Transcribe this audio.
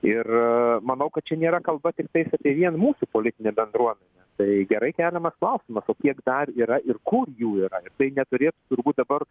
ir manau kad čia nėra kalba tiktais apie vien mūsų politinę bendruomenę tai gerai keliamas klausimas o kiek dar yra ir kur jų yra ir tai neturėtų turbūt dabar